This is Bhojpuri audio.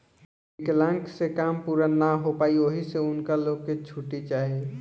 विकलांक से काम पूरा ना हो पाई ओहि से उनका लो के छुट्टी चाही